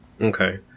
Okay